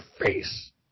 face